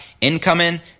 incoming